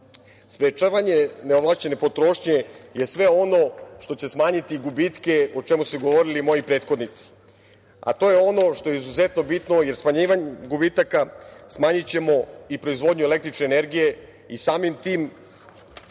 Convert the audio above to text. sprečavanje neovlašćene potrošnje je sve ono što će smanjiti gubitke o čemu su govorili moji prethodnici. To je ono što je izuzetno bitno, jer smanjivanjem gubitaka smanjićemo i proizvodnju električne energije i samim tim